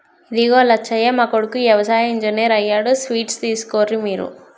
ఇదిగో లచ్చయ్య మా కొడుకు యవసాయ ఇంజనీర్ అయ్యాడు స్వీట్స్ తీసుకోర్రి మీరు